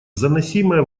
заносимое